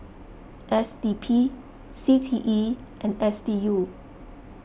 S D P C T E and S D U